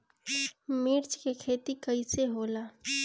मिर्च के खेती कईसे होला?